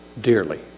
dearly